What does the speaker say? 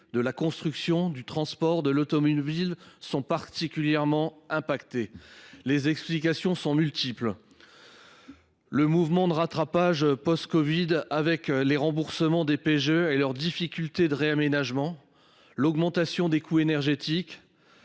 de la construction, du transport, de l'automobile sont particulièrement impactés. Les explications sont multiples. Le mouvement de rattrapage post-Covid avec les remboursements des PGE et leurs difficultés de réaménagement l'augmentation des coûts énergétiques